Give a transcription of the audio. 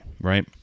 right